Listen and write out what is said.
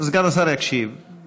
סגן השר יקשיב לשאלה הנוספת.